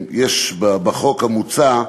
יש בחוק המוצע,